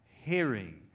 hearing